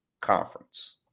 conference